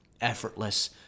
effortless